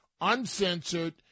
uncensored